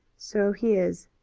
so he is,